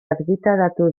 argitaratu